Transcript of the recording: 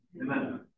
Amen